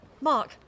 Mark